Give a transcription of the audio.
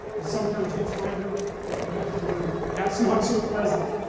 because sometimes you'll find out what you have to learn. that's not so pleasant.